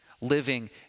Living